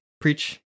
Preach